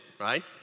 right